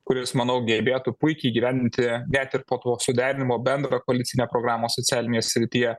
kuris manau gebėtų puikiai įgyvendinti net ir po tokio suderinimo bendrą koalicinę programą socialinėje srityje